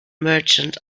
merchant